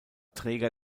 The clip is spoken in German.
träger